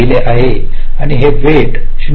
आणि हे वेट 0